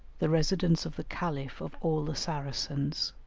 the residence of the caliph of all the saracens.